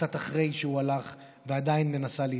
קצת אחרי שהוא הלך ועדיין מנסה להתאושש.